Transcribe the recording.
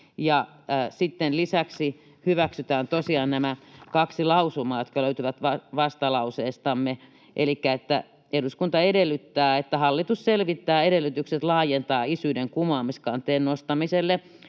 lisäksi hyväksytään tosiaan nämä kaksi lausumaa, jotka löytyvät vastalauseestamme: ”Eduskunta edellyttää, että hallitus selvittää edellytykset laajentaa isyyden kumoamiskanteen nostamiselle